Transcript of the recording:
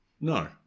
No